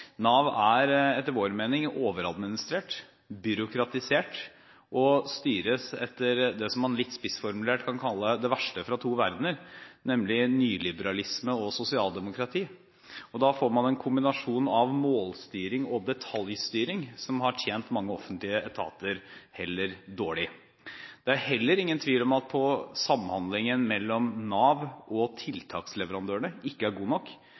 Nav er etter vår mening overadministrert og byråkratisert og styres etter det som man litt spissformulert kan kalle det verste fra to verdener, nemlig nyliberalisme og sosialdemokrati. Da får man en kombinasjon av målstyring og detaljstyring som har tjent mange offentlige etater heller dårlig. Det er heller ingen tvil om at samhandlingen mellom Nav og tiltaksleverandørene ikke er god nok.